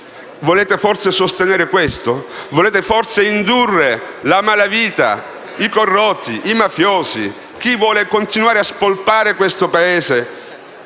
Volete forse sostenere questo? Volete forse indurre la malavita, i corrotti, i mafiosi, chi vuole continuare a spolpare questo Paese,